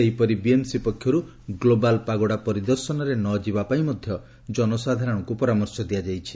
ସେହିପରି ବିଏମ୍ସି ପକ୍ଷରୁ global pagoda ପରିଦର୍ଶନରେ ନ ଯିବାପାଇଁ ଜନସାଧାରଣଙ୍କୁ ପରାମର୍ଶ ଦିଆଯାଇଛି